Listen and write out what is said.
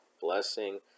blessing